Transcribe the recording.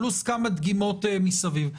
פלוס כמה דגימות מסביב.